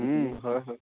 হয় হয়